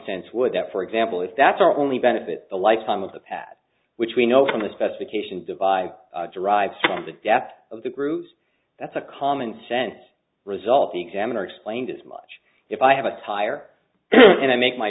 sense would that for example if that's our only benefit the lifetime of the pad which we know from the specification divide derives from the death of the groups that's a common sense result the examiner explained as much if i have a tire and i make my